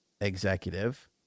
Executive